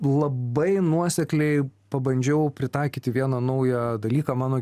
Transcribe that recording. labai nuosekliai pabandžiau pritaikyti vieną naują dalyką mano